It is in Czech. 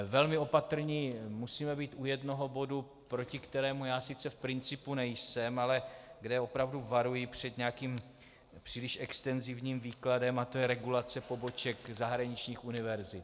Velmi opatrní musíme být u jednoho bodu, proti kterému já sice v principu nejsem, ale kde opravdu varuji před nějakým příliš extenzivním výkladem, a to je regulace poboček zahraničních univerzit.